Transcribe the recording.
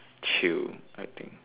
chill I think